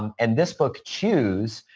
um and this book, choose,